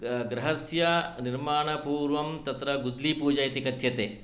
गृहस्य निर्माणपूर्वं तत्र गुद्लीपूजा इति कथ्यते